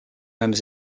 members